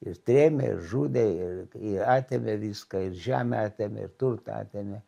ir trėmė ir žudė ir ir atėmė viską ir žemę atėmė ir turtą atėmė